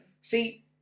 See